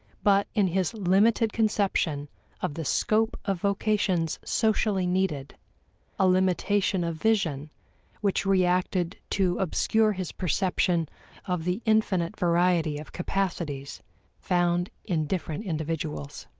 but in his limited conception of the scope of vocations socially needed a limitation of vision which reacted to obscure his perception of the infinite variety of capacities found in different individuals.